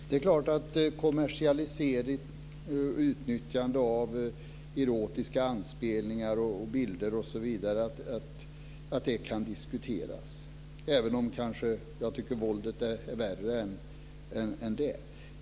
Det är klart att kommersialisering, utnyttjande av erotiska anspelningar, bilder osv. kan diskuteras, även om jag kanske tycker att våldet är värre än detta.